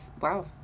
wow